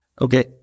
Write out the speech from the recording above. Okay